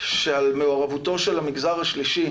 שעל מעורבותו של המגזר השלישי